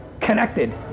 Connected